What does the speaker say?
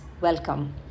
welcome